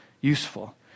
useful